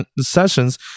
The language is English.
Sessions